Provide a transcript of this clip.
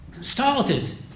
started